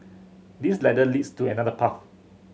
this ladder leads to another path